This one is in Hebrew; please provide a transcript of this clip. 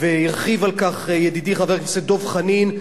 והרחיב על כך ידידי חבר הכנסת דב חנין,